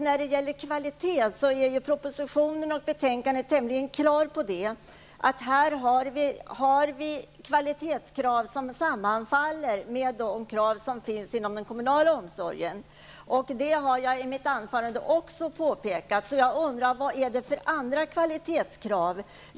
När det gäller kvalitet ger propositionen och betänkandet tämligen klara besked om att det ställs kvalitetskrav som sammanfaller med kraven inom den kommunala omsorgen. Det har jag också påpekat i mitt inledningsanförande. Vad är det för andra kvalitetskrav?